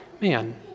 man